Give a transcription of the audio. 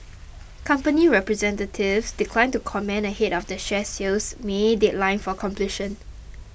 company representatives declined to comment ahead of the share sale's may deadline for completion